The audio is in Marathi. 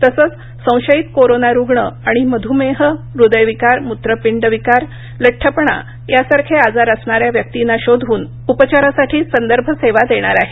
तसंच संशयित कोरोना रुग्ण आणि मधुमेह हृदयविकार मुत्रापिंड विकार लठुपणा यासारखे आजार असणाऱ्या व्यक्तींना शोधून उपचारासाठी संदर्भ सेवा देणार आहेत